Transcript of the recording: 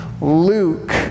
Luke